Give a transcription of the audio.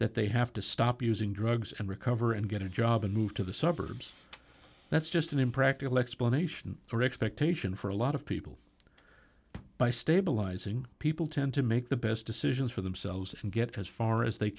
that they have to stop using drugs and recover and get a job and move to the suburbs that's just an impractical explanation or expectation for a lot of people by stabilizing people tend to make the best decisions for themselves and get as far as they